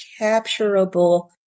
capturable